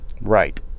Right